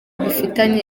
bifitanye